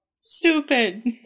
Stupid